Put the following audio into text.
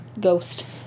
ghost